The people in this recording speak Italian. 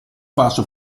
passo